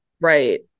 right